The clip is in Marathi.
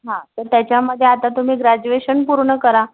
हां तर त्याच्यामध्ये आता तुम्ही ग्रॅजुएशन पूर्ण करा